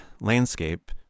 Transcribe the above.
landscape